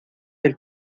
del